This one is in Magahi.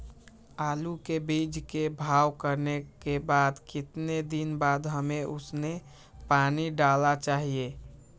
आलू के बीज के भाव करने के बाद कितने दिन बाद हमें उसने पानी डाला चाहिए?